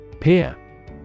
Peer